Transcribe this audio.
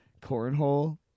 cornhole